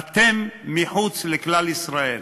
אתם מחוץ לכלל ישראל.